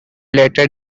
later